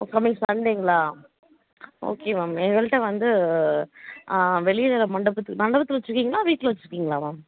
ஓ coming சண்டேங்களா okay ma'am எங்கள்கிட்ட வந்து வெளியில் மண்டபத்து மண்டபத்தில் வச்சுருக்கீங்களா வீட்டில் வச்சுருக்கீங்களா மேம்